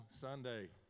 sunday